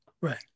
right